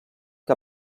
que